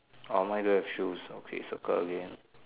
orh mine don't have shoes okay circle again